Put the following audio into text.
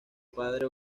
padre